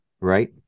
Right